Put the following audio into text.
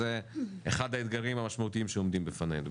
זה אחד האתגרים המשמעותיים שעומדים בפנינו,